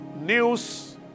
news